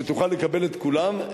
שתוכל לקבל את כולם.